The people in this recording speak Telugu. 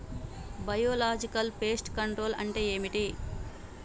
బయోలాజికల్ ఫెస్ట్ కంట్రోల్ అంటే ఏమిటి?